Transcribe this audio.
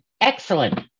excellent